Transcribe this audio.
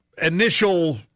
initial